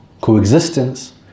coexistence